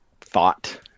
thought